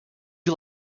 you